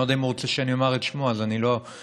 אני לא יודע אם הוא רוצה שאני אומר את שמו אז לא אגיד,